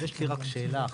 יש לי רק שאלה אחת.